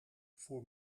voor